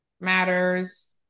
matters